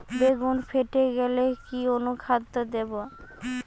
বেগুন ফেটে গেলে কি অনুখাদ্য দেবো?